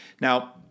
now